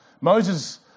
Moses